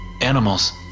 animals